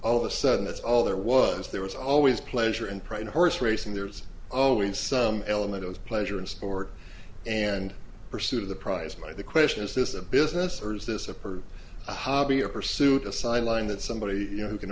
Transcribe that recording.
all of a sudden that's all there was there was always pleasure and pride in horse racing there's always some element of pleasure in sport and pursuit of the prize money the question is this a business or is this a person a hobby a pursuit a sideline that somebody who can